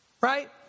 right